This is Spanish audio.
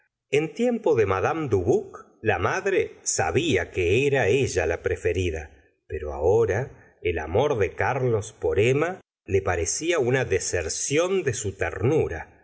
en tiempo de madame dubuc la madre sabía que era la preferida pero ahora el amor de carlos por emma le parecía una deserción de su ternura